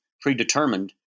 predetermined